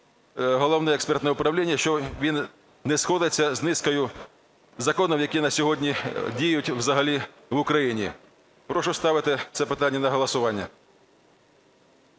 Головне експертне управління – що він не сходиться з низкою законів, які на сьогодні діють взагалі в Україні. Прошу поставити це питання на голосування.